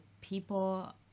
people